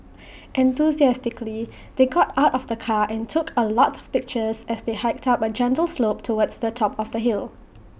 enthusiastically they got out of the car and took A lot of pictures as they hiked up A gentle slope towards the top of the hill